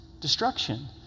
Destruction